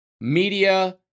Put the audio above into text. media